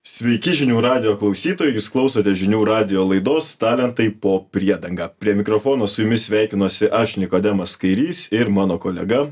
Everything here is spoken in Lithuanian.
sveiki žinių radijo klausytojai jūs klausote žinių radijo laidos talentai po priedanga prie mikrofono su jumis sveikinuosi aš nikodemas kairys ir mano kolega